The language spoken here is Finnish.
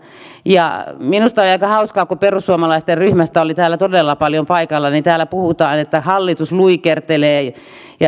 ja minusta oli aika hauskaa kun perussuomalaisten ryhmästä oli täällä todella paljon paikalla että täällä puhutaan että hallitus luikertelee ja